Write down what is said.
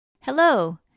Hello